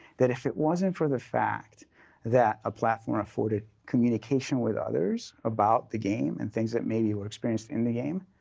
that if it wasn't for the fact that a platform afforded communication with others about the game and things that maybe you would have experienced in the game,